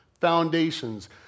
foundations